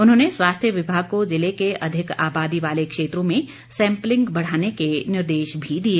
उन्होंने स्वास्थ्य विभाग को जिले के अधिक आबादी वाले क्षेत्रों में सैंपलिंग बढ़ाने के निर्देश भी दिए